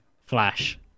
Flash